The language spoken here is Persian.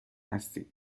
هستی